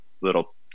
little